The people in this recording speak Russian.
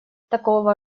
такого